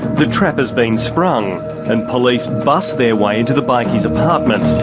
the trap has been sprung and police bust their way into the bikies' apartment.